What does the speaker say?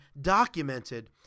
documented